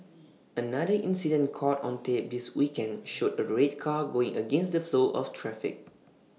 another incident caught on tape this weekend showed A red car going against the flow of traffic